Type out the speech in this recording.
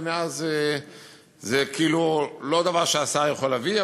ומאז זה כאילו לא דבר שהשר יכול להביא.